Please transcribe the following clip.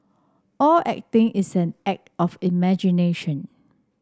all acting is an act of imagination